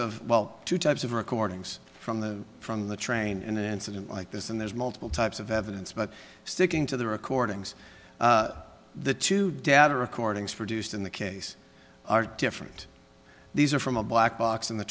of well two types of recordings from the from the train an incident like this and there's multiple types of evidence but sticking to the recordings the two data recordings produced in the case are different these are from a black box in the